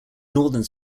northern